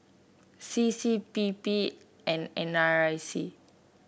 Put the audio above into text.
C C P P and N R I C